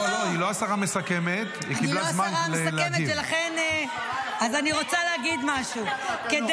לא סיימתי לדבר --- אני רוצה להגיד לך משהו --- יש פריימריז?